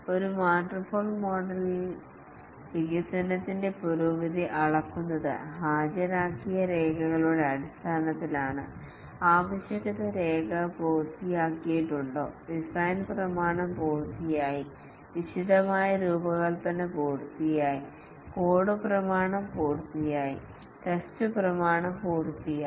ഒരു വാട്ടർഫാൾ മോഡലിന്റെ മോഡൽ യിൽ വികസനത്തിന്റെ പുരോഗതി അളക്കുന്നത് ഹാജരാക്കിയ രേഖകളുടെ അടിസ്ഥാനത്തിലാണ് ആവശ്യകത രേഖ പൂർത്തിയായിട്ടുണ്ടോ ഡിസൈൻ പ്രമാണം പൂർത്തിയായി വിശദമായ രൂപകൽപ്പന പൂർത്തിയായി കോഡ് പ്രമാണം പൂർത്തിയായി ടെസ്റ്റ് പ്രമാണം പൂർത്തിയായി